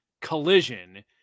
Collision